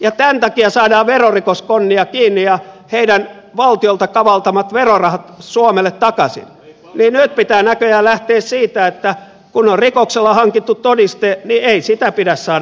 ja tämän takia saadaan verorikoskonnia kiinni ja heidän valtiolta kavaltamansa verorahat suomelle takaisin niin nyt pitää näköjään lähteä siitä että kun on rikoksella hankittu todiste niin ei sitä pidä saada hyödyntää